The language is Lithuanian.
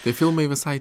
tai filmai visai